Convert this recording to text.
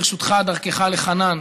ברשותך דרכך לחנן,